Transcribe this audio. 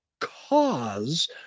cause